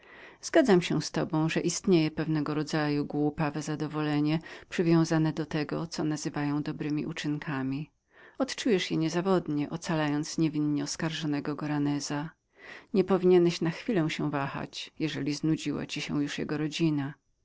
zgadzam się z tobą że jest pewne niedołężne zadowolenie przywiązane do tego co nazywacie dobremi uczynkami znajdziesz je niezawodnie ocalając niewinnie oskarżonego goraneza nie powinieneś na chwilę się wahać jeżeli znudziła cię już jego rodzina